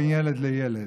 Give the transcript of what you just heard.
בין ילד לילד.